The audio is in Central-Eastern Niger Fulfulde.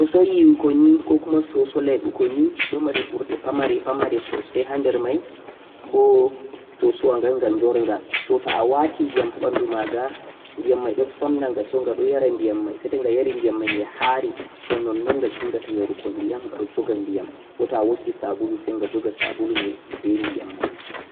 soso nyiko ni ko kuma soso lebuko ni don mari burde pamare pamare sosai hander mei boh soso wan gangan doorgha so toh awaati diyam haa bandu magha diyam ghadon somnangha ghadon yaara diyam ni sai toh yaari diyam menge haari so non-non ghada dinghato yarugo diyam ghadon jaga diyam woo toh awoota sabulu sai gha jooga sabulu mei be diyam mei